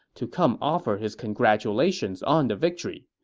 to come offer his congratulations on the victory.